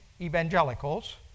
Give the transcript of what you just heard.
evangelicals